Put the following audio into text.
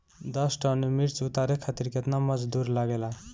दस टन मिर्च उतारे खातीर केतना मजदुर लागेला?